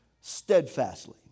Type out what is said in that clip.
steadfastly